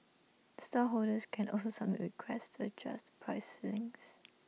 stallholders can also submit requests to adjust the price ceilings